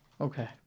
Okay